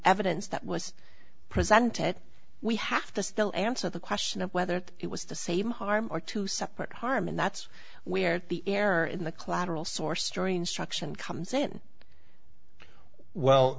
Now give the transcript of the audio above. evidence that was presented we have to still answer the question of whether it was the same harm or two separate harm and that's where the error in the collateral source during struction comes in well